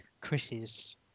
Chris's